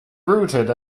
rooted